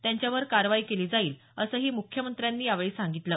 त्यांच्यावर कारवाई केली जाईल असंही मुख्यमंत्र्यांनी यावेळी सांगितलं